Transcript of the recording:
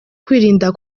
kwirinda